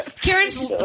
Karen's